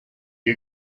you